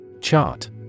Chart